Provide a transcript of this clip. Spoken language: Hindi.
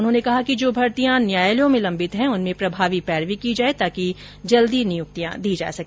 उन्होंने कहा कि जो भर्तियां न्यायालयों में लंबित है उनमें प्रभावी पैरवी की जाये ताकि जल्दी नियुक्तियां दी जा सके